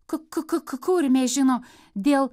ku ku ku kurmė žino dėl